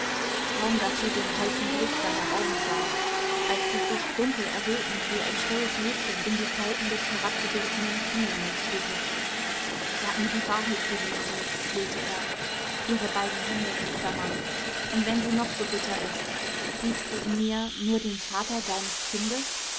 kaum daß sie den heißen blick seiner augen sah als sie sich dunkel errötend wie ein scheues mädchen in die falten des herabgeglittenen kimonos wickelte sag mir die wahrheit geliebte flehte er ihre beiden hände umklammernd und wenn sie noch so bitter ist liebst du in mir nur den vater deines kindes